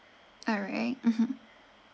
alright mmhmm